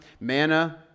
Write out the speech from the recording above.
manna